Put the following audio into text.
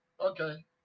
Okay